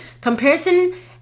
Comparison